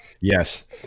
yes